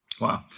Wow